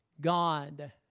God